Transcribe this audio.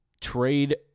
Trade